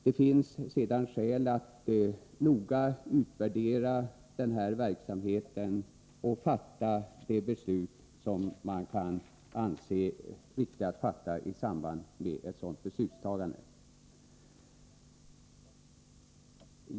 Det finns sedan skäl att noga utvärdera verksamheten och fatta de beslut man kan anse vara riktiga i samband med ett sådant ställningstagande.